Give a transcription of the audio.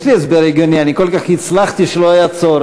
יש לי הסבר הגיוני: אני כל כך הצלחתי שלא היה צורך.